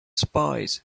spies